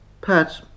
Pat